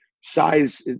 size